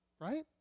Right